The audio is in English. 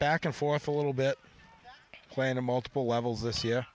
back and forth a little bit playing a multiple levels this year